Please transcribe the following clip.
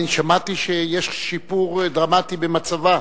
אני שמעתי שיש שיפור דרמטי במצבה.